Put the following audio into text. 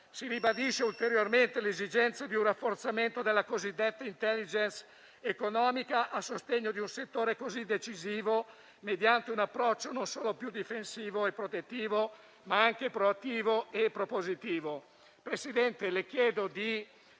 si ribadisce ulteriormente l'esigenza di un rafforzamento della cosiddetta *intelligence* economica a sostegno di un settore così decisivo, mediante un approccio non solo più difensivo e protettivo, ma anche proattivo e propositivo. Signor Presidente, le chiedo di